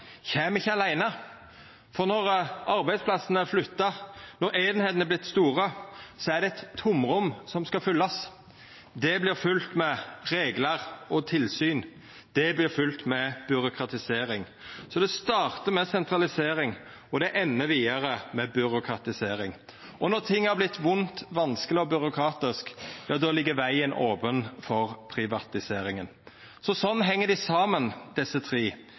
kjem ikkje aleine, for når arbeidsplassane vert flytta, når einingane har vorte store, er det eit tomrom som skal fyllast. Det vert fylt med reglar og tilsyn. Det vert fylt med byråkratisering. Det startar med sentralisering, og det endar med byråkratisering. Og når det har vorte vondt, vanskeleg og byråkratisk, ja, då ligg vegen open for privatisering. Slik heng dei saman, desse tre.